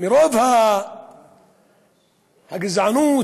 מרוב הגזענות